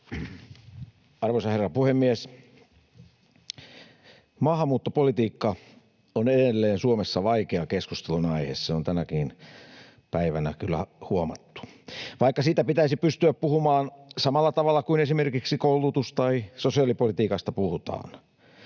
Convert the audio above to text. Arvoisa herra puhemies! Maahanmuuttopolitiikka on edelleen Suomessa vaikea keskustelunaihe. Se on tänäkin päivänä kyllä huomattu, vaikka siitä pitäisi pystyä puhumaan samalla tavalla kuin esimerkiksi koulutus- tai sosiaalipolitiikasta puhutaan.